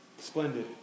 splendid